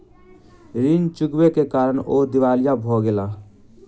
ऋण चुकबै के कारण ओ दिवालिया भ गेला